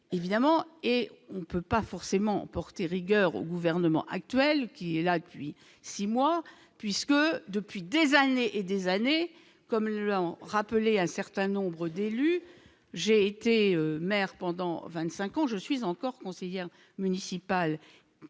évidemment, et on peut pas forcément porté rigueur au gouvernement actuel qui est là depuis 6 mois puisque depuis des années et des années, comme le rappelait un certain nombre d'élus, j'ai été maire pendant 25 ans, je suis encore conseillère municipale